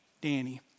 Danny